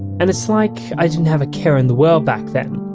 and it's like i didn't have a care in the world back then,